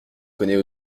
connais